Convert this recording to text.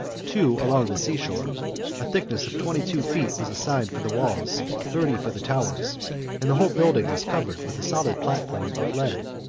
two along the sea-shore a thickness of twenty-two feet was assigned for the walls, thirty for the towers and the whole building was covered with a solid platform of lead.